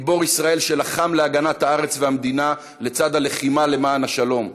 גיבור ישראל שלחם להגנת הארץ והמדינה לצד הלחימה למען השלום,